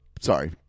sorry